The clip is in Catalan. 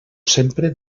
sempre